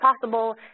possible